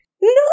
No